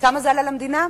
כמה זה עלה למדינה?